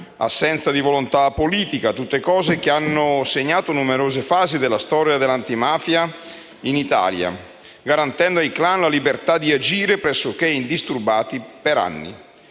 assenza di volontà politica: tutte cose che hanno segnato numerose fasi della storia dell'antimafia in Italia, garantendo ai *clan* la libertà di agire pressoché indisturbati per anni,